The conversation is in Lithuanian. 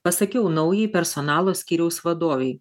pasakiau naujai personalo skyriaus vadovei